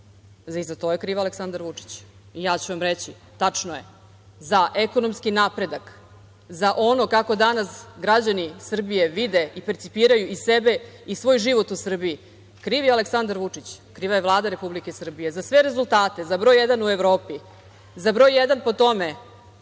za to je kriv Aleksandar Vučić. I ja ću vam reći – tačno je. Za ekonomski napredak, za ono kako danas građani Srbije vide i percipiraju i sebe i svoj život u Srbiji, kriv je Aleksandar Vučić, kriva je Vlada Republike Srbije. Za sve rezultate, za broj jedan u Evropi, za broj jedan po tome